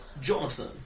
Jonathan